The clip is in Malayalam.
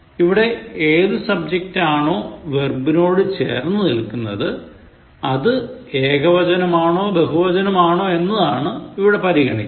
ഇവിടെ ഏതു സബ്ജെക്റ്റാണോ വെർബിനോട് ചേർന്നു നിൽക്കുന്നത് അത് ഏകവചനമാണോ ബഹുവചനമാണോ എന്നതാണ് ഇവിടെ പരിഗണിക്കുന്നത്